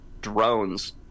drones